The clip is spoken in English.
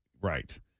right